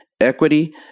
equity